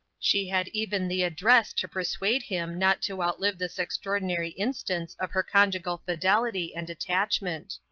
she had even the address to persuade him not to outlive this extraordinary instance of her conjugal fidelity and attachment.